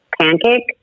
pancake